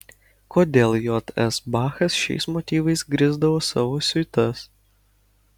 kodėl j s bachas šiais motyvais grįsdavo savo siuitas